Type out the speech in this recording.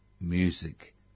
music